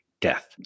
death